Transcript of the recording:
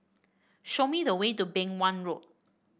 show me the way to Beng Wan Road